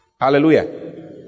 Hallelujah